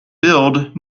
build